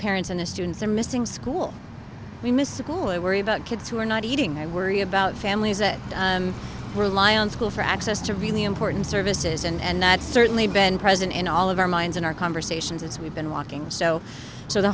parents and the students are missing school we missed school i worry about kids who are not eating i worry about families that rely on school for access to really important services and that's certainly been present in all of our minds in our conversations as we've been walking so so the